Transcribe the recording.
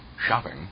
shopping